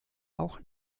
auch